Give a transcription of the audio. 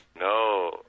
No